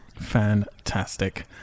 Fantastic